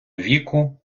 віку